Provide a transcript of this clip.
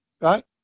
Right